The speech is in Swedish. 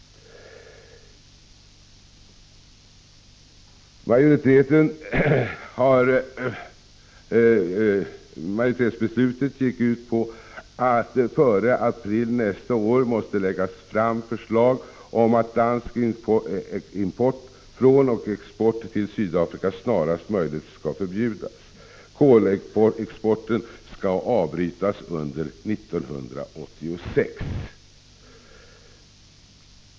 Majoritetsbeslutet gick ut på att regeringen före april nästa år måste lägga fram förslag om att dansk import från och export till Sydafrika snarast möjligt skall förbjudas. Kolimporten skall enligt beslutet avbrytas under 1986.